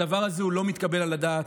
הדבר הזה הוא לא מתקבל על הדעת.